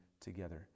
together